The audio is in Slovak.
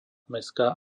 mestská